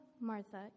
Martha